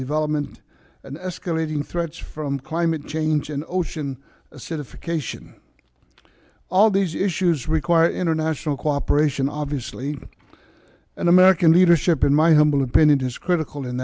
development and escalating threats from climate change and ocean acidification all these issues require international cooperation obviously and american leadership in my humble opinion is critical in